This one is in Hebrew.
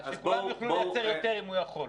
וכל אחד יוכל לייצר יותר אם הוא יכול?